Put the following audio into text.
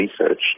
research